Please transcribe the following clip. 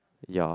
ya